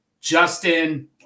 Justin